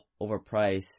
overpriced